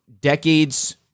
decades